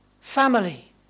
family